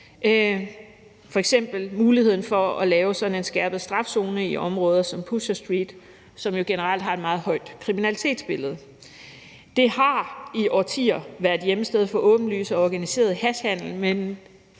muligheden for at lave sådan en målrettet skærpet strafzone i områder som Pusher Street, som jo generelt har en meget høj kriminalitet. Det har i årtier været hjemsted for åbenlys og organiseret hashhandel, men